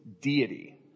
deity